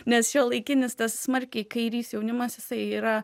nes šiuolaikinis tas smarkiai kairys jaunimas jisai yra